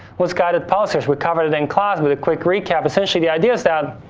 what's guided policies? we covered it in class, but a quick recap. essentially, the idea is that